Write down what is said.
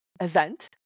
event